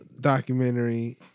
documentary